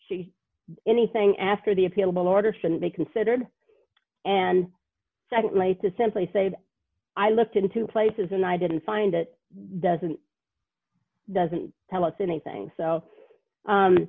she anything after the appealable order shouldn't be considered and secondly to simply say i looked in two places and i didn't find it doesn't doesn't tell us anything so